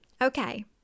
Okay